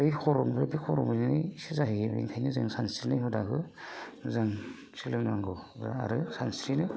बै खर'निफ्राय बे खर' मोनहैनायसो जाहैयो बेखायनो जों सानस्रिनाय हुदाखौ जों सोलोंनांगौ आरो सानस्रिनो